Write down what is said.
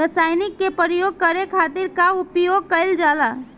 रसायनिक के प्रयोग करे खातिर का उपयोग कईल जाला?